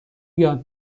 یاد